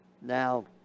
Now